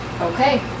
Okay